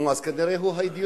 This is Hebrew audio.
נו, אז כנראה, הוא האידיאולוג.